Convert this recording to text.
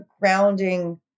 grounding